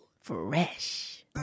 Fresh